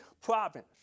province